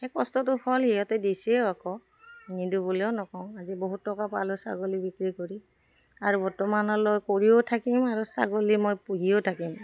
সেই কষ্টটো ফল সিহঁতে দিছেও আকৌ নিদিওঁ বুলিও নকওঁ আজি বহুত টকা পালোঁ ছাগলী বিক্ৰী কৰি আৰু বৰ্তমানলৈ কৰিও থাকিম আৰু ছাগলী মই পুহিও থাকিম